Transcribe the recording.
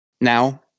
now